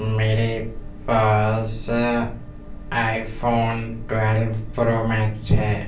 میرے پاس iPhone twelve pro max ہے